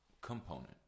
component